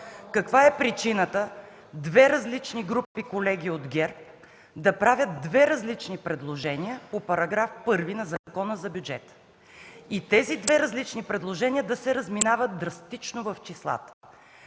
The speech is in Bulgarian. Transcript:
Каква е причината две различни групи колеги от ГЕРБ да правят две различни предложения по § 1 от Закона за бюджета и тези две различни предложения да се разминават драстично в числата?